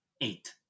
eight